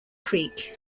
creek